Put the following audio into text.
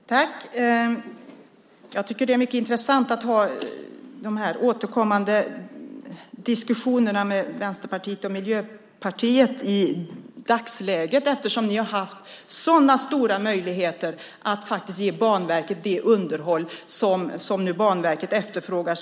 Fru talman! Jag tycker att det är mycket intressant att ha de här återkommande diskussionerna med er i Vänsterpartiet och Miljöpartiet i dagsläget, eftersom ni har haft så stora möjligheter att ge Banverket det underhåll som Banverket nu efterfrågar.